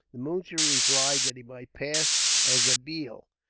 the moonshee replied that he might pass as a bheel.